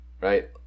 right